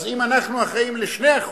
אז אם אנחנו אחראים ל-2%,